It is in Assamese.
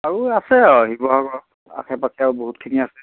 আৰু আছে আৰু শিৱসাগৰৰ আশে পাশে আৰু বহুতখিনি আছে